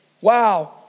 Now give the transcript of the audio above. wow